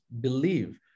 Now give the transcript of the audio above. believe